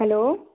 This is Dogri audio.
हैलो